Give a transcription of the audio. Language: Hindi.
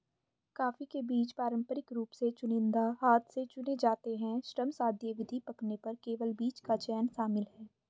कॉफ़ी के बीज पारंपरिक रूप से चुनिंदा हाथ से चुने जाते हैं, श्रमसाध्य विधि, पकने पर केवल बीज का चयन शामिल है